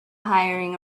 hiring